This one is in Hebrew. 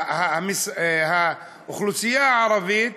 האוכלוסייה הערבית